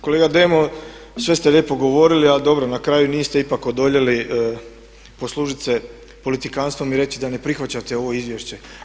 Kolega Demo, sve ste lijepo govorili a dobro na kraju niste ipak odoljeli poslužit se politikantstvom i reći da ne prihvaćate ovo izvješće.